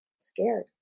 scared